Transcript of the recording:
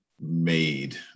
made